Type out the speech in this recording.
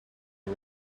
are